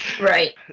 Right